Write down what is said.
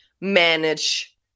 manage